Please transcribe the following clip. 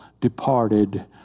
departed